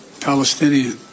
Palestinian